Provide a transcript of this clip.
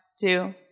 two